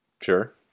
sure